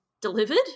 delivered